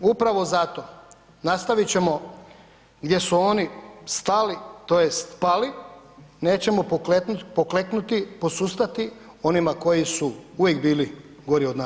Upravo zato nastavit ćemo gdje su oni stali tj. pali, nećemo pokleknuti, posustati, onima koji su uvijek bili gori od nas.